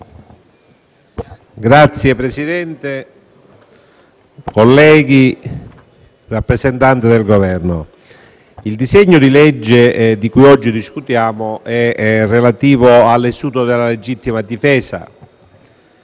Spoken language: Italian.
Signor Presidente, colleghi, rappresentante del Governo, il disegno di legge di cui oggi discutiamo è relativo all'istituto della legittima difesa